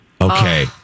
Okay